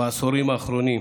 בעשורים האחרונים.